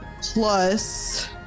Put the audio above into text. plus